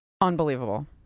unbelievable